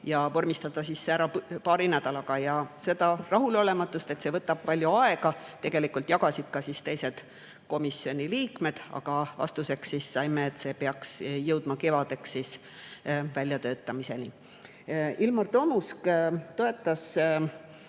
vormistada ära paari nädalaga. Seda rahulolematust, et see võtab palju aega, tegelikult jagasid ka teised komisjoni liikmed, aga vastuseks saime, et see peaks jõudma kevadeks väljatöötamiseni. Ilmar Tomusk toetas